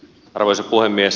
arvoisa puhemies